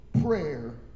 Prayer